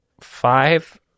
five